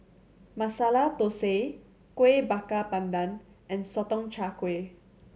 Masala Thosai Kuih Bakar Pandan and Sotong Char Kway